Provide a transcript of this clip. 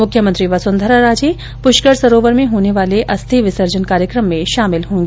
मुख्यमंत्री वसुंधरा राजे प्रष्कर सरोवर में होने वाले अस्थि विसर्जन कार्यकम में शामिल होंगी